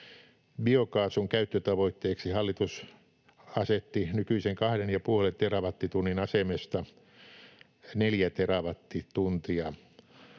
Biokaasun käyttötavoitteeksi hallitus asetti nykyisen kahden ja puolen terawattitunnin asemesta 4 terawattituntia.